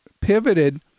pivoted